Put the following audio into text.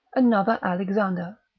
another alexander,